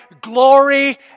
glory